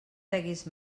deguis